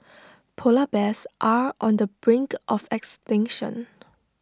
Polar Bears are on the brink of extinction